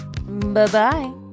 bye-bye